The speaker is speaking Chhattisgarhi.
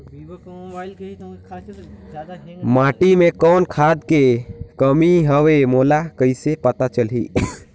माटी मे कौन खाद के कमी हवे मोला कइसे पता चलही?